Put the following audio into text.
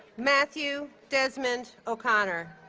matthew desmond o'connor